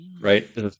right